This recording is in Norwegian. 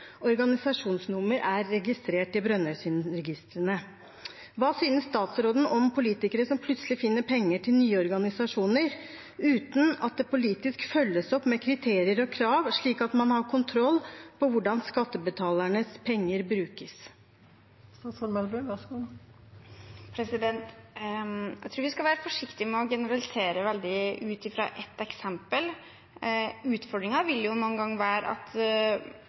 organisasjonsnummer er registrert i Brønnøysundregistrene. Hva synes statsråden om politikere som plutselig finner penger til nye organisasjoner uten at det politisk følges opp med kriterier og krav, slik at man har kontroll med hvordan skattebetalernes penger brukes? Jeg tror vi skal være forsiktige med å generalisere veldig ut fra ett eksempel. Utfordringen vil jo mange ganger være at